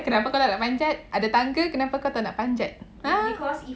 kenapa kau tak nak panjat ada tangga kenapa kau tak nak panjat ha